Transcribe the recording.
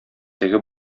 теге